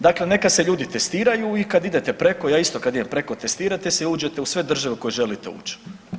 Dakle, neka se ljudi testiraju i kad idete preko, ja isto kad idem preko testirate se i uđete u sve države u koje želite ući.